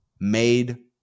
made